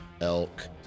elk